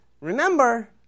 Remember